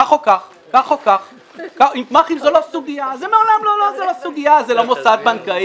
כך או כך עם גמ"חים זו לא סוגיה אז --- זה לא מוסד בנקאי,